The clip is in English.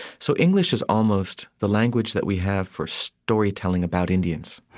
so english is almost the language that we have for storytelling about indians.